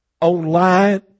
online